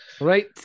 Right